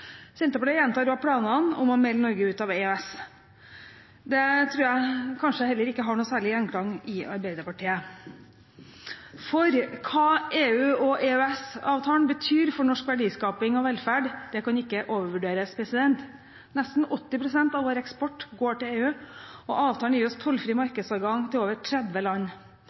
Senterpartiet gjentar også planene om å melde Norge ut av EØS. Det tror jeg heller ikke har noen særlig gjenklang i Arbeiderpartiet. For hva EU og EØS-avtalen betyr for norsk verdiskaping og velferd, kan ikke overvurderes. Nesten 80 pst. av vår eksport går til EU, og avtalen gir oss tollfri markedsadgang til over 30 land.